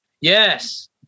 Yes